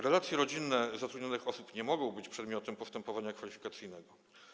Relacje rodzinne zatrudnionych osób nie mogą być przedmiotem postępowania kwalifikacyjnego.